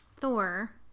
Thor